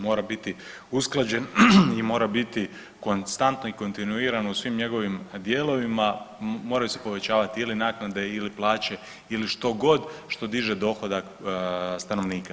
Mora biti usklađen i mora biti konstantno i kontinuirano u svim njegovim dijelovima, moraju se povećavati ili naknade ili plaće ili što god što diže dohodak stanovnika.